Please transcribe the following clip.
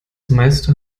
meiste